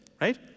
right